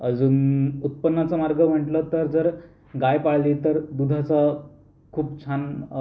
अजून उत्पन्नाचा मार्ग म्हटलं तर जर गाय पाळली तर दुधाचा खूप छान